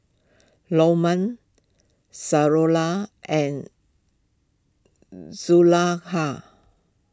Lokman Suraya and Zulaikha